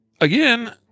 again